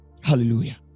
Hallelujah